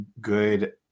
good